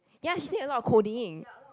ya she thinks a lot of coding